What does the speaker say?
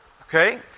Okay